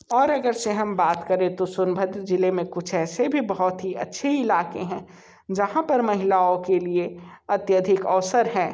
और अगर से हम बात करें तो सोनभद्र जिले में कुछ ऐसे भी बहुत ही अच्छे इलाक़े हैं जहाँ पर महिलाओं के लिए अत्याधिक अवसर हैं